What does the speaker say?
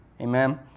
Amen